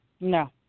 No